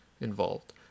involved